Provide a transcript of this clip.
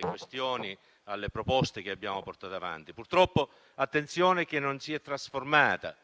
questioni e alle proposte che abbiamo portato avanti. Purtroppo, tale attenzione non si è trasformata